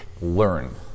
learn